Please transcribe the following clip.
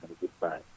goodbye